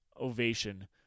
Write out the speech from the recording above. ovation